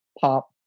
pop